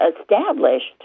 established